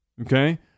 Okay